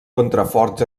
contraforts